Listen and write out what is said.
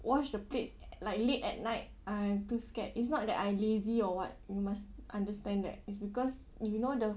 wash the plates like late at night I'm too scared it's not that I lazy or what you must understand that is because you know the